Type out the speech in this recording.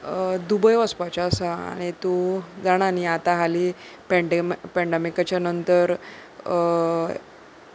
Dubai वचपाचें आसा आनी तूं जाणा न्हय आतां हालीं पँडे पेंडमिकाच्या नंतर